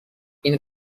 این